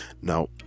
Now